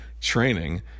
training